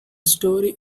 story